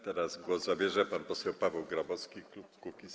Teraz głos zabierze pan poseł Paweł Grabowski, klub Kukiz’15.